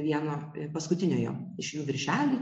vieno paskutiniojo iš jų viršelį